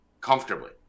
Comfortably